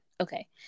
okay